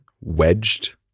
wedged